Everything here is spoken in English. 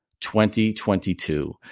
2022